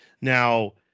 Now